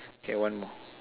okay one more